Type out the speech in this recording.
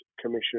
Commission